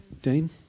Dean